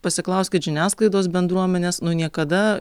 pasiklauskit žiniasklaidos bendruomenės nu niekada